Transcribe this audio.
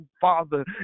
Father